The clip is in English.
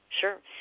sure